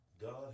God